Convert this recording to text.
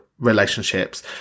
relationships